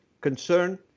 concern